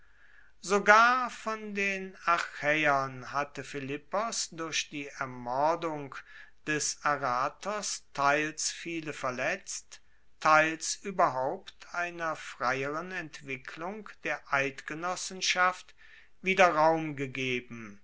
sogar von den achaeern hatte philippos durch die ermordung des aratos teils viele verletzt teils ueberhaupt einer freieren entwicklung der eidgenossenschaft wieder raum gegeben